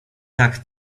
tak